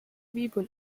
people